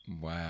wow